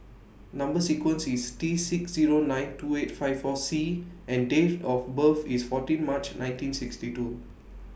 Number sequence IS T six Zero nine two eight five four C and Date of birth IS fourteen March nineteen sixty two